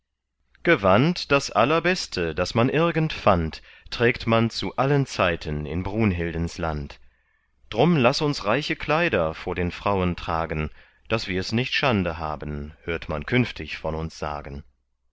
gewand das allerbeste das man irgend fand trägt man zu allen zeiten in brunhildens land drum laß uns reiche kleider vor den frauen tragen daß wirs nicht schande haben hört man künftig von uns sagen